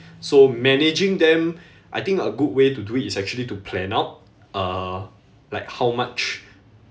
so managing them I think a good way to do it is actually to plan out uh like how much